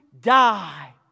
die